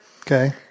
Okay